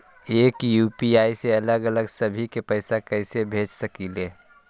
एक यू.पी.आई से अलग अलग सभी के पैसा कईसे भेज सकीले?